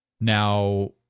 Now